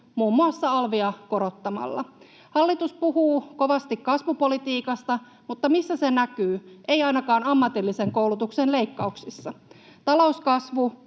muun muassa alvia korottamalla. Hallitus puhuu kovasti kasvupolitiikasta, mutta missä se näkyy? Ei ainakaan ammatillisen koulutuksen leikkauksissa. Talouskasvu